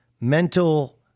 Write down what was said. mental